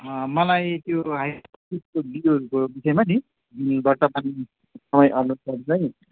मलाई त्यो हाइब्रिडको बिउहरूको विषयमा नि वर्तमान समयअनुसार चाहिँ